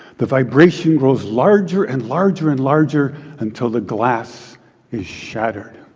the vibration grows larger and larger and larger until the glass is shattered.